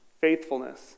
faithfulness